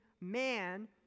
man